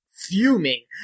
fuming